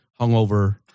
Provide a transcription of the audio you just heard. hungover